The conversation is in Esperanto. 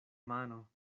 mano